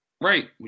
Right